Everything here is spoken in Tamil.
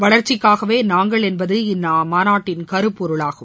வளர்ச்சிகாகவே நாங்கள் என்பது இம்மாநாட்டின் கருப்பொருளாகும்